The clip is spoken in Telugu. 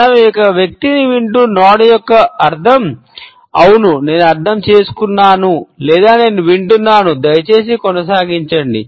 మనం ఒక వ్యక్తిని వింటూ నోడ్ యొక్క అర్థం "అవును నేను అర్థం చేసుకున్నాను లేదా నేను వింటున్నాను దయచేసి కొనసాగించండి